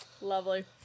Lovely